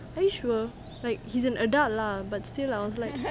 are you sure he's an adult lah but still I was like